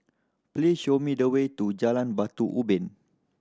please show me the way to Jalan Batu Ubin